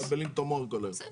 גם אתה יודע את זה.